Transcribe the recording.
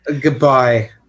Goodbye